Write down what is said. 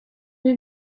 het